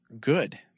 good